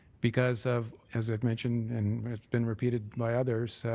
because of as i've mentioned and it's been repeated by others,